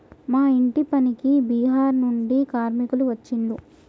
మా ఇంటి పనికి బీహార్ నుండి కార్మికులు వచ్చిన్లు